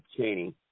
Cheney